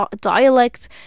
dialect